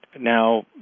Now